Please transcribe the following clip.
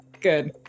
Good